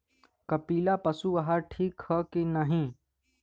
कपिला पशु आहार ठीक ह कि नाही?